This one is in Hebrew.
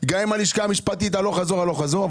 גם עם הלשכה המשפטית הלוך חזור הלוך חזור,